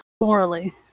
morally